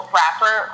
rapper